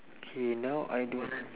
K now I don't know